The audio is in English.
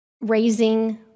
raising